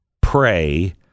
pray